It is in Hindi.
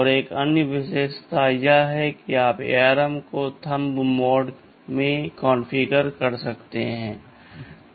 और एक अन्य विशेषता यह है कि आप ARM को थंब मोड में कॉन्फ़िगर कर सकते हैं